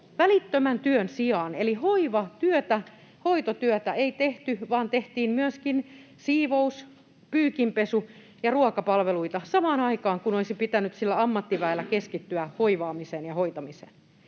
välittömän työn sijaan. Eli hoivatyötä, hoitotyötä, ei tehty, vaan tehtiin myöskin siivous-, pyykinpesu- ja ruokapalveluita samaan aikaan, kun olisi pitänyt sillä ammattiväellä keskittyä hoivaamiseen ja hoitamiseen.